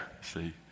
see